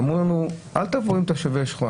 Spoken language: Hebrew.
אמרו לנו, אל תבואו עם תושבי שכונה.